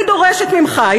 אני דורשת ממך,